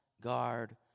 guard